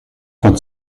von